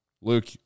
Luke